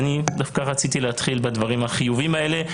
רציתי להתחיל בדברים החיוביים האלה.